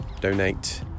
donate